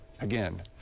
again